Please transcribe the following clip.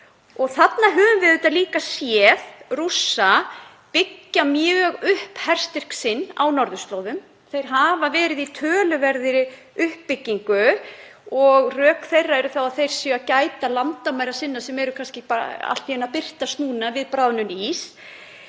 Þarna höfum við líka séð Rússa byggja mjög upp herstyrk sinn á norðurslóðum. Þeir hafa verið í töluverðri uppbyggingu og rök þeirra eru þau að þeir séu að gæta landamæra sinna sem eru kannski allt í einu að birtast núna við bráðnun íss.